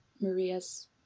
Maria's